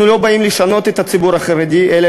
אנחנו לא באים לשנות את הציבור החרדי אלא